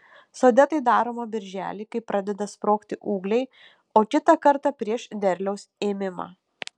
sode tai daroma birželį kai pradeda sprogti ūgliai o kitą kartą prieš derliaus ėmimą